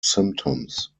symptoms